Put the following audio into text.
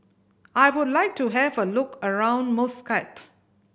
I would like to have a look around Muscat